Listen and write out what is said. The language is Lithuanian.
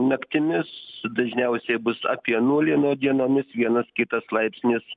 naktimis dažniausiai bus apie nulį nu o dienomis vienas kitas laipsnis